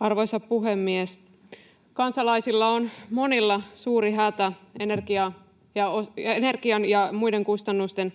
Arvoisa puhemies! Kansalaisilla on monilla suuri hätä energian ja muiden kustannusten